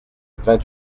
vingt